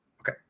Okay